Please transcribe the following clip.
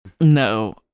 No